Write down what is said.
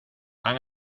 han